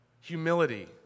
Humility